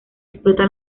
explota